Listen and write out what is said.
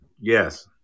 Yes